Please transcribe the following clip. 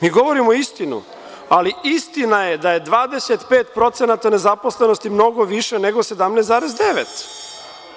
Mi govorimo istinu, ali istina je da je 25% nezaposlenosti mnogo više nego 17,9%